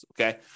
okay